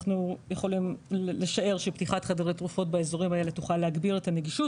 אנחנו יכולים לשער שפתיחת חדרי תרופות באזורים האלה תוכל להגביר את הנגישות